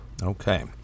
Okay